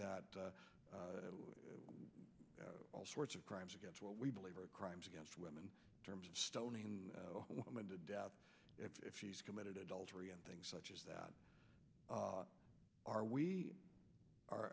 that all sorts of crimes against what we believe are crimes against women terms of stoning women to death if he's committed adultery and things such as that are we are